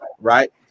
right